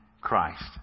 Christ